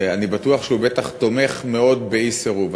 אני בטוח שהוא תומך מאוד באי-סירוב.